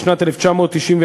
בשנת 1994,